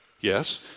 yes